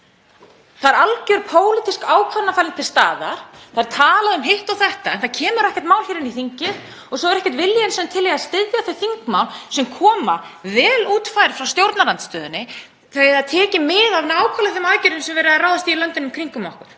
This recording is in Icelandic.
Það er algjör pólitísk ákvörðunarfælni til staðar. Það er talað um hitt og þetta en ekkert mál kemur hér inn í þingið og svo er ekki einu sinni vilji til að styðja þau þingmál sem koma vel útfærð frá stjórnarandstöðunni þegar tekið er mið af nákvæmlega þeim aðgerðum sem verið er að ráðast í í löndunum í kringum okkur.